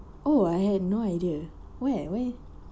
oh I had no idea where where